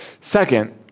Second